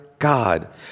God